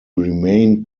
remain